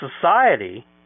society